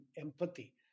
empathy